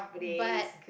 but